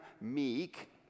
meek